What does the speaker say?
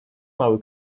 mały